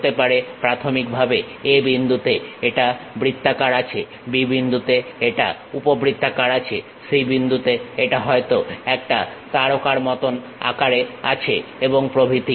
হতে পারে প্রাথমিকভাবে A বিন্দুতে এটা বৃত্তাকার আকারে আছে B বিন্দুতে এটা উপবৃত্তাকার আকারে আছে C বিন্দুতে এটা হয়তো একটা তারকার মতন আকারে আছে এবং প্রভৃতি